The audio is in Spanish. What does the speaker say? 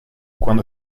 cuando